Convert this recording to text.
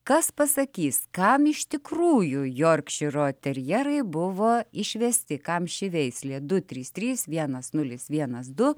kas pasakys kam iš tikrųjų jorkšyro terjerai buvo išvesti kam ši veislė du trys trys vienas nulis vienas du